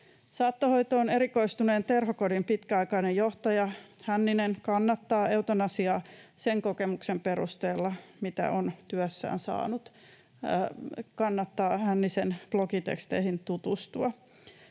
Saattohoitoon erikoistuneen Terhokodin pitkäaikainen johtaja Juha Hänninen kannattaa eutanasiaa sen kokemuksen perusteella, mitä on työssään saanut. Kannattaa Hännisen blogiteksteihin tutustua: